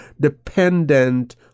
dependent